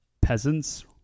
peasants